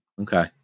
Okay